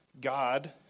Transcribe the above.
God